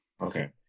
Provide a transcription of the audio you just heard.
okay